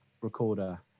recorder